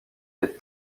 des